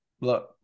Look